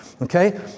Okay